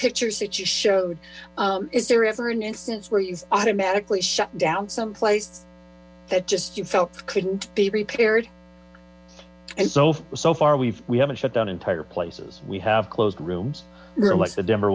pictures that you showed is there ever an instance whre you automatically shut down some place that just you felt couldn't be repaired and so so far we've we haven't shut down entire places we have closed rooms like the denver